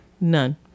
None